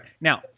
Now